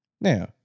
Now